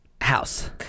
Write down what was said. House